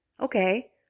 Okay